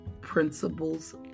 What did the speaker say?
Principles